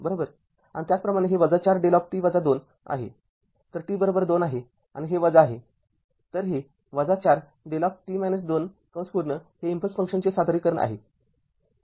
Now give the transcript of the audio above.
आणि त्याचप्रमाणे हे ४ δt २ आहे तर t२ आहे आणि हे आहे तर हे ४ δt २ आहे हे इम्पल्स फंक्शनचे सादरीकरण आहे